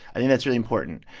i think that's really important.